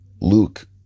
Luke